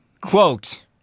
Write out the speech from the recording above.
Quote